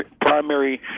primary